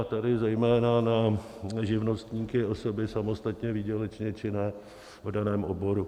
A tady zejména na živnostníky, osoby samostatně výdělečně činné, v daném oboru.